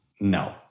no